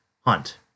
hunt